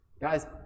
Guys